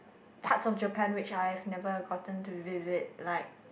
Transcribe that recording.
parts of Japan which I've never gotten to visit like